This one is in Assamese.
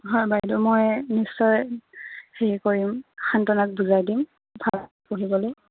হয় বাইদেউ মই নিশ্চয় হেৰি কৰিম শান্তনাক বুজাই দিম ঘৰত পঢ়িবলে